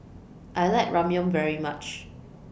I like Ramyeon very much